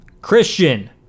Christian